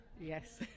Yes